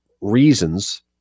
reasons